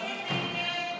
שהבטיחו משהו אחד